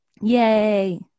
Yay